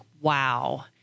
wow